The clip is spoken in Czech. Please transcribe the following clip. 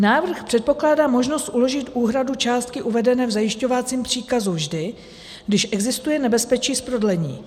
Návrh předpokládá možnost uložit úhradu částky uvedené v zajišťovacím příkazu vždy, když existuje nebezpečí z prodlení.